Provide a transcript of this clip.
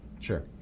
Sure